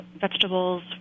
vegetables